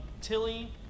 Tilly